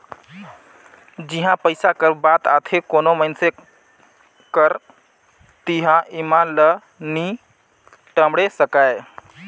जिहां पइसा कर बात आथे कोनो मइनसे कर तिहां ईमान ल नी टमड़े सकाए